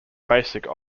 basic